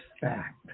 fact